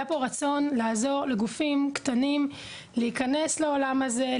היה פה רצון לעזור לגופים קטנים להיכנס לעולם הזה,